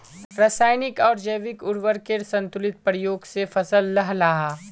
राशयानिक आर जैविक उर्वरकेर संतुलित प्रयोग से फसल लहलहा